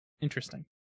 Interesting